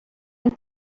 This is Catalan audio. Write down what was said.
any